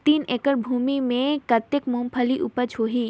तीन एकड़ भूमि मे कतेक मुंगफली उपज होही?